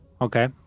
Okay